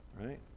right